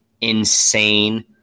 insane